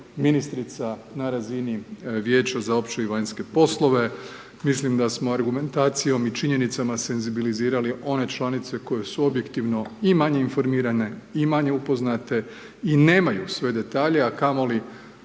ministrica na razini vijeća za opće i vanjske poslove. Mislim da smo argumentacijom i činjenicama senzibilizirali one članice koje su objektivno i manje informirane i manje upoznate i nemaju sve detalje a kamoli